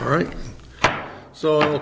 right so